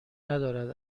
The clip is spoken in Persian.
ندارد